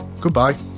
goodbye